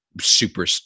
super